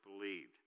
believed